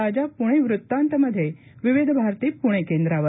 ताज्या पूणे वृतांतमध्ये विविध भारती पूणे केंद्रावर